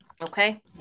Okay